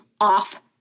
off